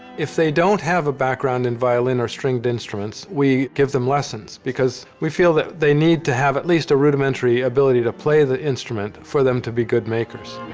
if they don't have a background in violin or stringed instruments, we give them lessons, because we feel that they need to have at least a rudimentary ability to play the instrument for them to be good makers.